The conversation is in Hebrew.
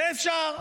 זה אפשר,